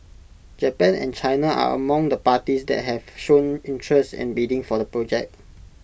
Japan and China are among the parties that have shown interest in bidding for the project